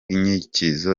inyikirizo